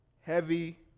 Heavy